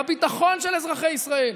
בביטחון של אזרחי ישראל.